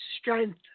strength